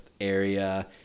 area